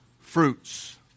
fruits